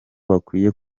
bakwiye